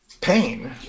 pain